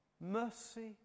Mercy